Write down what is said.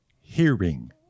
hearing